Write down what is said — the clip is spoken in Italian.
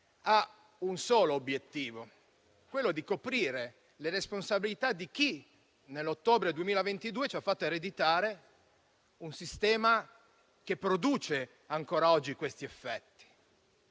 ha un solo obiettivo volto a coprire le responsabilità di chi nell'ottobre 2022 ci ha fatto ereditare un sistema che produce ancora oggi questi effetti.